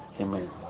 Amen